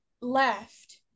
left